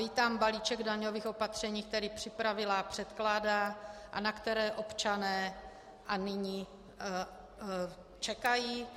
Vítám balíček daňových opatření, který připravila a předkládá, a na která občané čekají.